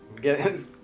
Get